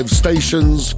stations